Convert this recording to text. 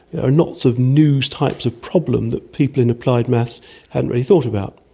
lots of new types of problems that people in applied maths hadn't really thought about.